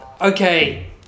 Okay